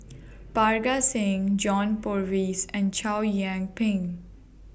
Parga Singh John Purvis and Chow Yian Ping